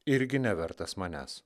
irgi nevertas manęs